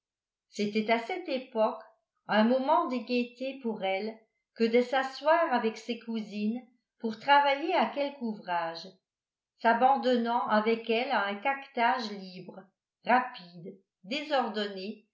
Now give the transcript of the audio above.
c'était à cette époque un moment de gaieté pour elle que de s'asseoir avec ses cousines pour travailler à quelque ouvrage s'abandonnant avec elles à un caquetage libre rapide désordonné